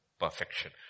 perfection